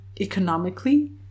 economically